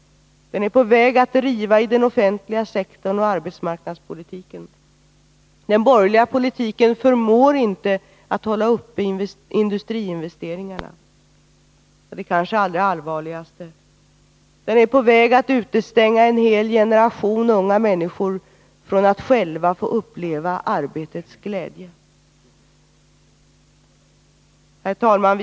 Den är på väg att riva i den offentliga sektorn och arbetsmarknadspolitiken. Den borgerliga politiken förmår inte att hålla uppe industriinvesteringarna, och det kanske allra allvarligaste är att den är på väg att utestänga en hel generation unga människor från att få uppleva arbetets glädje. Herr talman!